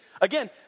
again